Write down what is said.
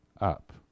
up